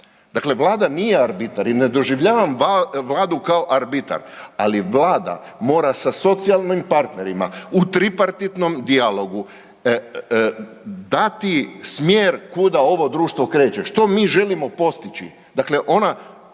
Dakle, Vlada nije arbitar i ne doživljavam Vladu kao arbitar, ali Vlada mora sa socijalnim partnerima u tripartitnom dijalogu dati smjeru kuda ovo društvo kreće, što mi želimo postići,